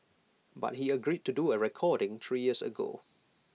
but he agreed to do A recording three years ago